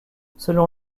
selon